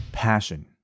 passion